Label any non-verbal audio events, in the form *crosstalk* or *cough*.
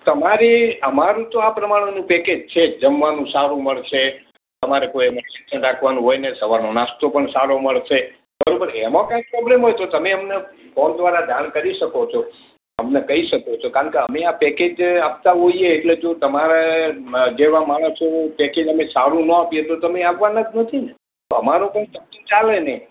તમારે અમારું તો આ પ્રમાણે પેકેજ છે જ જમવાનું સારું મળશે તમારે કોઈ *unintelligible* રાખવાનું હોય ને સવારનો નાસ્તો પણ સારો મળશે બરોબર એમાં કાંઈ પ્રોબ્લેમ હોય તો તમે અમને ફોન દ્વારા જાણ કરી શકો છો અમને કહી શકો છો કારણકે અમે આ પેકેજ આપતાં હોઈએ એટલે જો તમારે જેવા માણસો પેકેજ અમે સારું ન આપીએ તો તમે આવવાના જ નથી ને તો અમારું કંઇ કંપની ચાલે નહીં